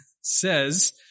says